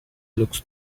looks